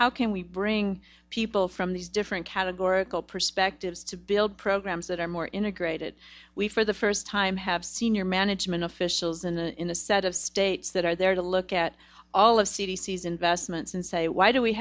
how can we bring people from these different categorical perspectives to build programs that are more integrated for the first time have senior management officials in the in the set of states that are there to look at all of c d c s investments and say why do we